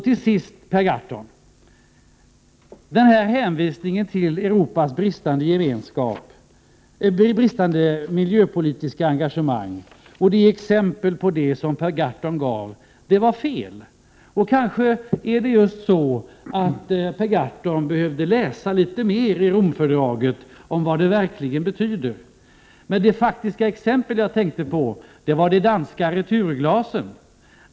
Till sist, Per Gahrton: Hänvisningen till Europas bristande miljöpolitiska engagemang och de exempel på det som Per Gahrton gav var fel. Kanske är det just så att Per Gahrton behöver läsa litet mer i Romfördraget om vad det verkligen betyder. Men det faktiska exempel jag tänkte på var de danska returglasen.